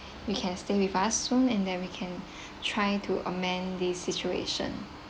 you can stay with us soon and then we can try to amend this situation